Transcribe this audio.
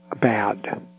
bad